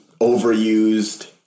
overused